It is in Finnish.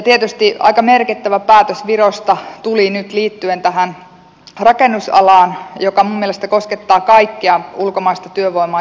tietysti virosta tuli nyt liittyen tähän rakennusalaan aika merkittävä päätös joka minun mielestäni koskettaa kaikkea ulkomaista työvoimaa jatkossa